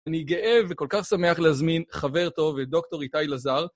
אני גאה וכל כך שמח להזמין חבר טוב, דוקטור איתי לזר.